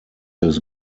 his